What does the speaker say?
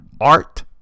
Art